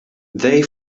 they